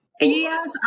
Yes